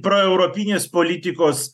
pro europinės politikos